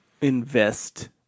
invest